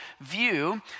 view